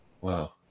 Wow